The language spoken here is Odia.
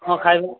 ହଁ ଖାଇବ